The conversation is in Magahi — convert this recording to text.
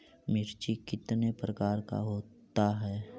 मिर्ची कितने प्रकार का होता है?